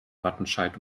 wattenscheid